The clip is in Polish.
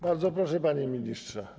Bardzo proszę, panie ministrze.